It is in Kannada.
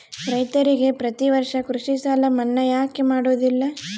ರೈತರಿಗೆ ಪ್ರತಿ ವರ್ಷ ಕೃಷಿ ಸಾಲ ಮನ್ನಾ ಯಾಕೆ ಮಾಡೋದಿಲ್ಲ?